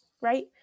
right